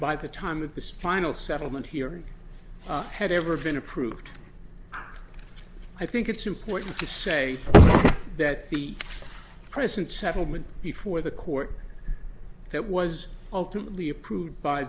by the time of the final settlement hearing had ever been approved i think it's important to say that the present settlement before the court that was ultimately approved by